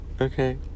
Okay